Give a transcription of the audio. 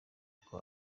uku